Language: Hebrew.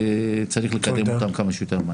וצריך לקדם אותם כמה שיותר מהר.